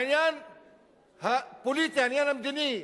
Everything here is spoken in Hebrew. העניין הפוליטי, העניין המדיני.